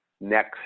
next